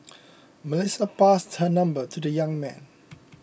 Melissa passed her number to the young man